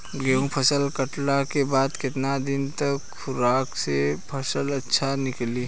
गेंहू फसल कटला के बाद केतना दिन तक सुखावला से फसल अच्छा निकली?